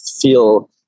feel